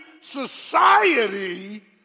society